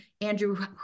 Andrew